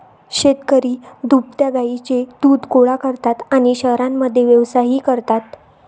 शेतकरी दुभत्या गायींचे दूध गोळा करतात आणि शहरांमध्ये व्यवसायही करतात